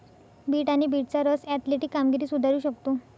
bit आणि बीटचा रस ऍथलेटिक कामगिरी सुधारू शकतो